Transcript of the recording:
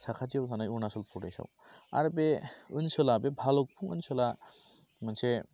साखाथिआव थानाय अरुणाचल प्रदेशाव आरो बे ओनसोला बे भालुगफुं ओनसोला मोनसे